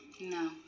no